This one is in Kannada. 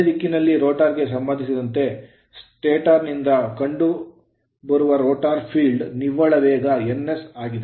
ಅದೇ ದಿಕ್ಕಿನಲ್ಲಿ ರೋಟರ್ ಗೆ ಸಂಬಂಧಿಸಿದಂತೆ ಸ್ಟಾಟರ್ ನಿಂದ ಕಂಡುಬರುವರೋಟರ್ ಫೀಲ್ಡ್ ನ ನಿವ್ವಳ ವೇಗವು ns ಆಗಿದೆ